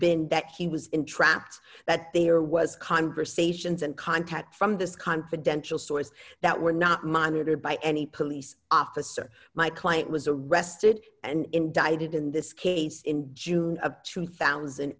been that he was entrapped that there was conversations and contact from this confidential source that were not monitored by any police officer my client was arrested and indicted in this case in june of two thousand